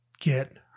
get